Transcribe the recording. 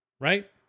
right